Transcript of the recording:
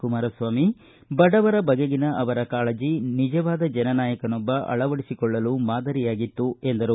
ಕುಮಾರಸ್ವಾಮಿ ಬಡವರ ಬಗೆಗಿನ ಅವರ ಕಾಳಜಿ ನಿಜವಾದ ಜನನಾಯಕನೊಬ್ಬ ಅಳವಡಿಸಿಕೊಳ್ಳಲು ಮಾದರಿಯಾಗಿತ್ತು ಎಂದರು